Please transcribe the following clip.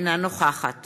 אינה נוכחת